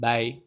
Bye